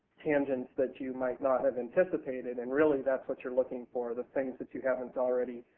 tangents that you might not have anticipated, and really, thatis what youire looking for, the things that you havenit already